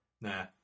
Nah